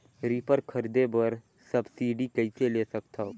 Reaper खरीदे बर subsidy कइसे ले सकथव?